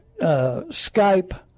Skype